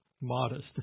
modest